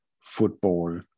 football